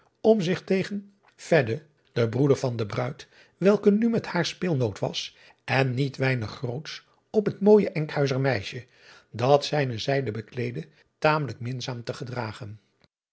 om zich tegen den broeder van de bruid welke nu met haar speelnoot was en niet weinig grootsch op het mooije nkhuizer meisje dat zijne zijde bekleedde tamelijk minzaam te gedragen